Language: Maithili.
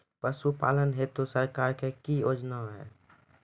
पशुपालन हेतु सरकार की योजना?